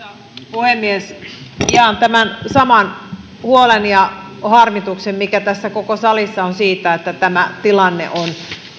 puhemies jaan saman huolen ja harmituksen mikä tässä koko salissa on siitä että tilanne on